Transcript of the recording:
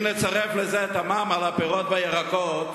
אם נצרף לזה את המע"מ על הפירות והירקות,